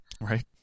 right